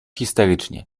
histerycznie